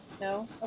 No